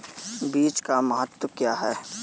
बीज का महत्व क्या है?